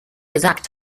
gesagt